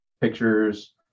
pictures